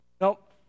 Nope